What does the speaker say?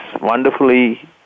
wonderfully